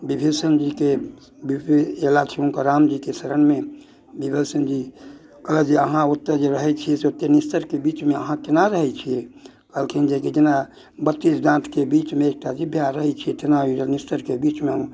विभीषण जी के विभी अयलथि हुनकर रामजीके शरणमे विभीषण जी कहलथि जे अहाँ ओतऽ जे रहै छी ओते निश्चरके बीच अहाँ केना रहै छियै कहलखिन कि जे जेना बत्तीस दाँतके बीचमे एकटा जिभ्या रहै छै तेना ओइ निश्चरके बीचमे हम